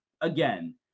Again